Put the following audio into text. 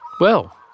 Well